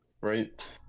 right